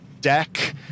deck